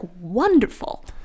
wonderful